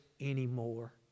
anymore